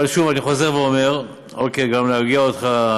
אבל שוב, אני חוזר ואומר, גם להרגיע אותך,